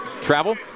Travel